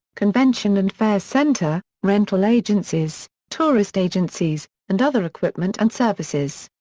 convention and fairs center, rental agencies, tourist agencies, and other equipment and services.